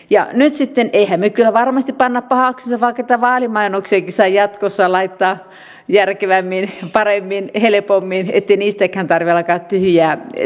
ja emmehän me kyllä nyt sitten varmasti pane pahaksemme vaikka niitä vaalimainoksiakin saa jatkossa laittaa järkevämmin paremmin helpommin ettei niistäkään tarvitse alkaa tyhjiä selittelemään